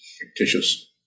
fictitious